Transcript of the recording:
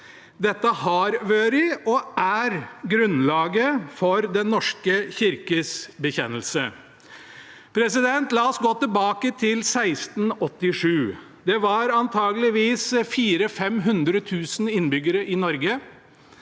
Dette har vært og er grunnlaget for Den norske kirkes bekjennelse. La oss gå tilbake til 1687. Det var antageligvis 400 000–500 000 innbyggere i Norge.